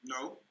No